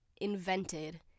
invented